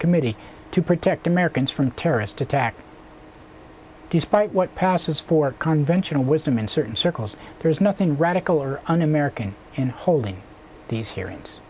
committee to protect americans from terrorist attacks despite what passes for conventional wisdom in certain circles there's nothing radical or un american in holding these hearings